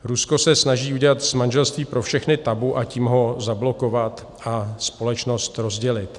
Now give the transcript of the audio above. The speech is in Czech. Rusko se snaží udělat z manželství pro všechny tabu, tím ho zablokovat a společnost rozdělit.